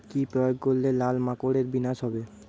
কি প্রয়োগ করলে লাল মাকড়ের বিনাশ হবে?